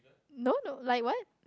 no no like what